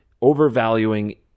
overvaluing